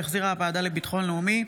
שהחזירה הוועדה לביטחון לאומי,